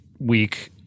week